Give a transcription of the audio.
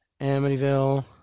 Amityville